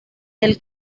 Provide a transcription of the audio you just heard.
del